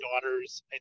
daughters